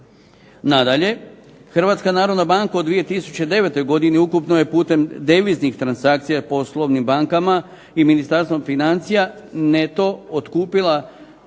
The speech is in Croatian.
Nadalje, HNB-a u 2009. godini ukupno je putem deviznih transakcija poslovnim bankama i Ministarstvom financija neto otkupila